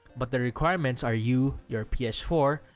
but the requirements are you, your p s four,